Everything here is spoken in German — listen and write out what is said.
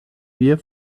wir